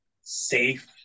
safe